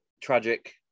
tragic